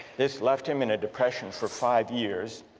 this left him in a depression for five years